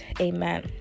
Amen